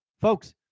Folks